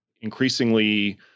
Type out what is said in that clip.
increasingly